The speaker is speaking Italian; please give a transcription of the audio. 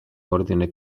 ordine